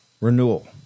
Renewal